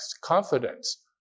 confidence